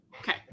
Okay